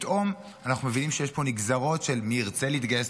ופתאום אנחנו מבינים שיש פה נגזרות: מי ירצה להתגייס,